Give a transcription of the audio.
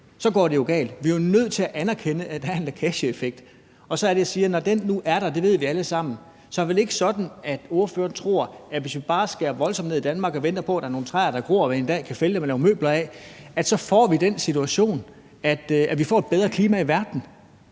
går det jo galt. Vi er jo nødt til at anerkende, at der er en lækageeffekt. Og så er det, jeg siger: Når den nu er der, og det ved vi alle sammen, så er det vel ikke sådan, at ordføreren tror, at hvis vi bare skærer voldsomt ned i Danmark og venter på, at der er nogle træer, der gror, og vi en dag kan fælde og lave møbler af, får vi den situation, at vi får et bedre klima i verden.